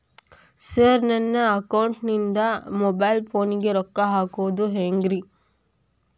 Sir ನನ್ನ ಅಕೌಂಟದಿಂದ mobile ಫೋನಿಗೆ ರೊಕ್ಕ ಹಾಕೋದು ಹೆಂಗ್ರಿ?